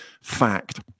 fact